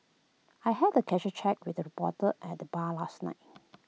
I had the casual chat with A reporter at the bar last night